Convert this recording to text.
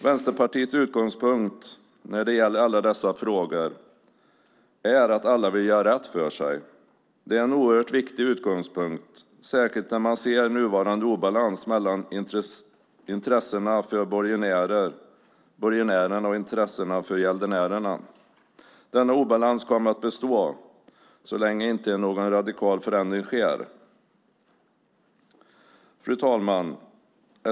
Vänsterpartiets utgångspunkt när det gäller alla dessa frågor är att alla vill göra rätt för sig. Det är en oerhört viktig utgångspunkt, särskilt när man ser nuvarande obalans mellan intressena för borgenärerna och intressena för gäldenärerna. Denna obalans kommer att bestå så länge inte någon radikal förändring sker. Fru talman!